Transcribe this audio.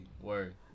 Word